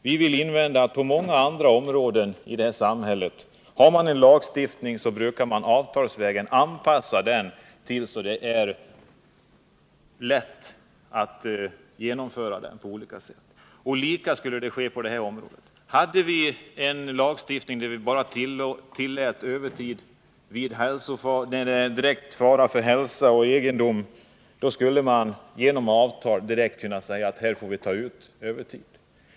Vi vill invända att har man en lagstiftning brukar man på många andra områden i det här samhället avtalsvägen anpassa den, så att den blir lätt att tillämpa på olika sätt. Det skulle bli på samma vis på det här området. Hade vi en lagstiftning där vi bara tillät övertid när det är verklig fara för hälsa och egendom, skulle man genom avtal direkt kunna säga att det är möjligt att ta ut övertid.